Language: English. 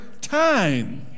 time